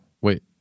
Wait